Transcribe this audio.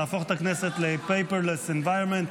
להפוך את הכנסת ל-Paperless Environment.